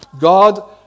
God